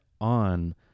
on